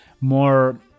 more